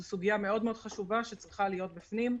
זו סוגיה מאוד מאוד חשובה שצריכה להיות בפנים,